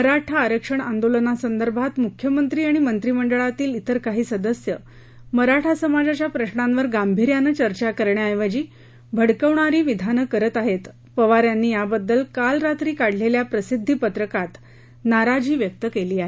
मराठा आरक्षण आंदोलनासंदर्भात मुख्यमंत्री आणि मंत्रीमंडळातील त्रिर काही सदस्य मराठा समाजाच्या प्रश्नांवर गांभीर्यानं चर्चा करण्याऐवजी भडकवणारी विधानं करत आहेत पवार यांनी याबद्दल काल रात्री काढलेल्या प्रसिद्धी पत्रकात नाराजी व्यक्त केली आहे